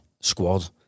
squad